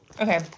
Okay